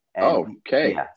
Okay